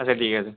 আচ্ছা ঠিক আছে